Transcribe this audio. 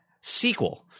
sequel